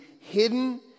hidden